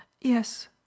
Yes